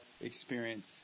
experience